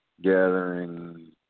Gathering